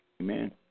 Amen